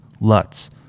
LUTs